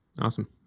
Awesome